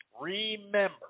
remember